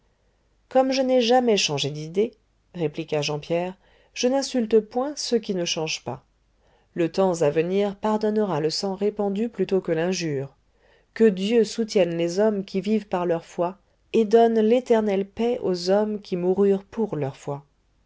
comme je n'ai jamais changé d'idée répliqua jean pierre je n'insulte point ceux qui ne changent pas le temps à venir pardonnera le sang répandu plutôt que l'injure que dieu soutienne les hommes qui vivent par leur foi et donne l'éternelle paix aux hommes qui moururent pour leur foi